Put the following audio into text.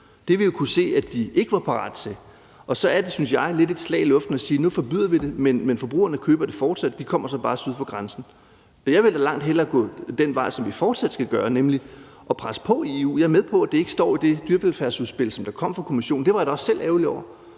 vi jo kunnet se at de ikke var parat til. Og så er det, synes jeg, lidt et slag i luften at sige: Nu forbyder vi det, men forbrugerne køber det fortsat; de kommer så bare syd for grænsen. Og jeg vil da langt hellere gå den vej, som vi fortsat skal gøre, nemlig at presse på i EU. Jeg er med på, at det ikke står i det dyrevelfærdsudspil, der kom fra Kommissionen. Det var jeg da også selv ærgerlig over.